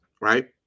Right